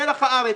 מלח הארץ,